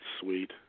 sweet